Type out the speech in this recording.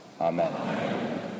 Amen